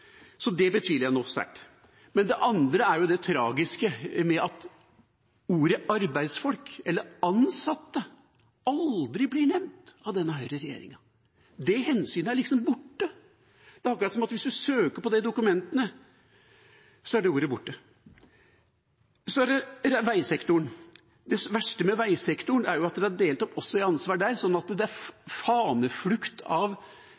så det betviler jeg sterkt. Det andre er det tragiske med at ordet arbeidsfolk eller ansatte aldri blir nevnt av denne høyreregjeringa. Det hensynet er liksom borte. Det er akkurat som at hvis man søker på det ordet i dokumentene, er det borte. Så er det veisektoren. Det verste med veisektoren er at ansvaret er delt opp også der, sånn at det er faneflukt av